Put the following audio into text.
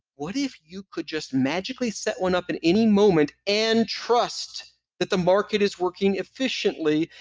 what if you could just magically set one up in any moment and trust that the market is working efficiently,